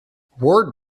ward